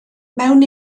mewn